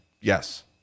yes